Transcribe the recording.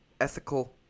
ethical